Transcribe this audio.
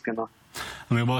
חוק הסכמים קיבוציים (תיקון מס' 11,